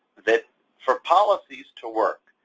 that for policies to work,